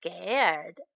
scared